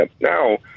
Now